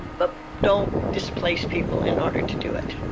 but don't displace people in order to do it